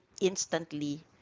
instantly